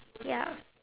ya